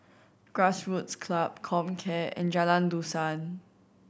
Grassroots Club Comcare and Jalan Dusan